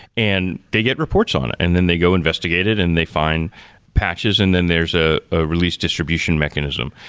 and they get reports on it, and then they go investigate it and they find patches and then there's a ah release distribution mechanism.